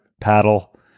paddle